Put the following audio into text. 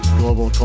global